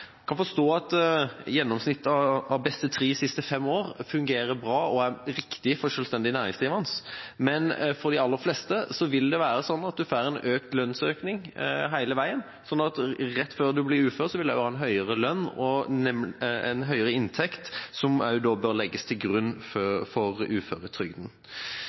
kan forstå at gjennomsnittet av de tre beste av de fem siste årene fungerer bra og er riktig for selvstendig næringsdrivende, men for de aller fleste vil det være sånn at man får en økt lønnsøkning hele veien, slik at man rett før man blir ufør, vil ha en høyere lønn og en høyere inntekt som da bør legges til grunn for uføretrygden.